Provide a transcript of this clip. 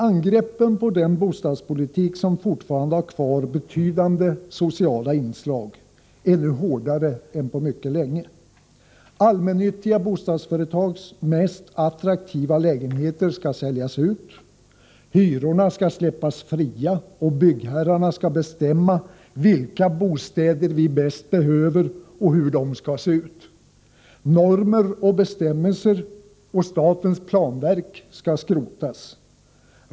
Angreppen på den bostadspolitik som fortfarande har kvar betydande sociala inslag är nu hårdare än på mycket länge. Allmännyttiga bostadsföretags mest attraktiva lägenheter skall säljas ut, hyrorna skall släppas fria, och byggherrarna skall bestämma vilka bostäder vi bäst behöver och hur de skall se ut. Normer och bestämmelser liksom statens planverk skall skrotas.